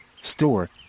store